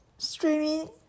Streaming